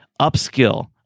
upskill